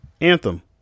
Anthem